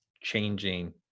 changing